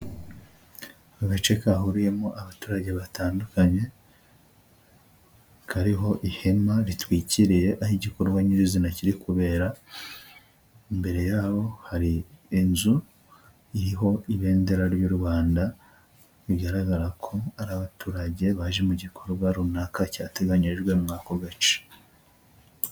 Agace kahuriyemo abaturage batandukanye ,kariho ihema ritwikiriye aho igikorwa nyirizina kiri kubera imbere yabo hari inzu iriho ibendera ry'u rwanda bigaragara ko ari abaturage baje mu gikorwa runaka cyateganyirijwe muri ako gace.